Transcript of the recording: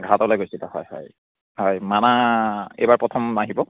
ঘাটলৈ গৈছিলে হয় হয় হয় মানাহ এইবাৰ প্ৰথম আহিব